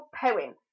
poem